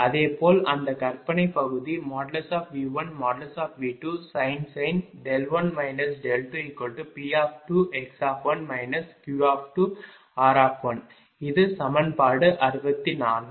அதே போல் அந்த கற்பனை பகுதி V1V2sin 1 2 P2x1 Q2r இது சமன்பாடு 64